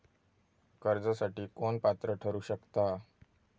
कर्जासाठी कोण पात्र ठरु शकता?